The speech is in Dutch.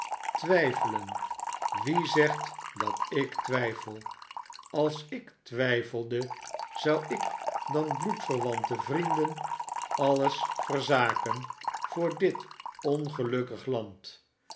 twijfelen wie zegt dat ik twijfel als ik twijfelde zou ik dan bloedverwanten vrienden alles verzaken voor dit ongelukkig land